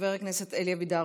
חבר הכנסת אלי אבידר,